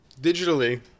digitally